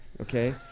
okay